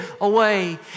away